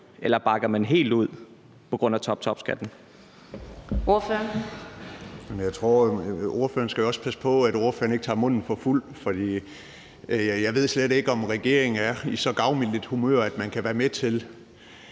eller bakker man helt ud på grund af toptopskatten?